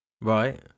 Right